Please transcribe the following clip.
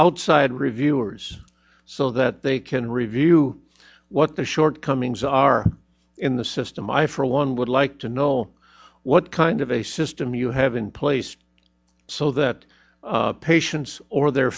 outside reviewers so that they can review what the shortcomings are in the system i for one would like to know what kind of a system you have in place so that patients or their